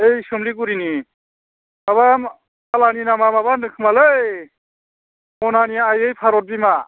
बै सोमलिगुरिनि माबा फाल्लानि नामा माबा होन्दों खोमालै सनानि आइयै भारत बिमा